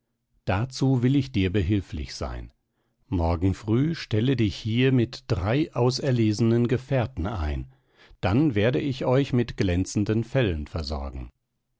dazu will ich dir behilflich sein morgen früh stelle dich hier mit drei auserlesenen gefährten ein dann werde ich euch mit glänzenden fellen versorgen